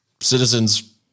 citizens